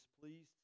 displeased